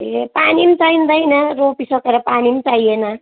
ए पानीम चाहिँदैन रोपिसकेर पानी पनि चाहिएन